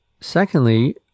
Secondly